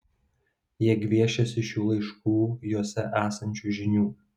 jie gviešiasi šių laiškų juose esančių žinių